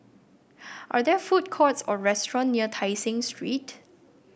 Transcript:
are there food courts or restaurant near Tai Seng Street